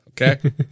okay